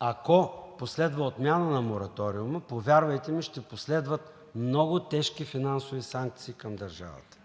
ако последва отмяна на мораториума, повярвайте ми, ще последват много тежки финансови санкции към държавата.